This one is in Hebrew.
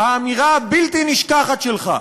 האמירה הבלתי-נשכחת שלך,